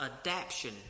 adaption